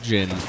Jin